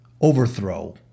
overthrow